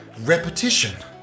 repetition